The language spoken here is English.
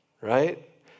Right